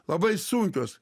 labai sunkios